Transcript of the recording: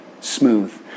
Smooth